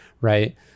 right